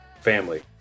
family